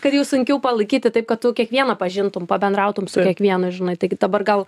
kad jau sunkiau palaikyti taip kad kiekvieną pažintum pabendrautum su kiekvienu žinai taigi dabar gal